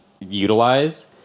utilize